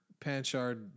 Panchard